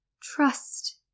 trust